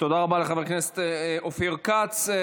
תודה רבה לחבר הכנסת אופיר כץ.